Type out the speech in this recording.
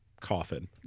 coffin